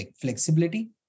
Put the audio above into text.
flexibility